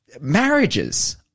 marriages